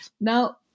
Now